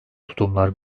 tutumlar